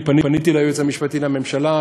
פניתי ליועץ המשפטי לממשלה.